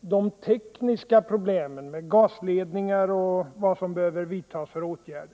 de tekniska problemen med gasledningar och vilka åtgärder som behöver vidtas som redovisas.